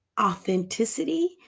authenticity